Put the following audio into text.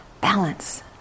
balance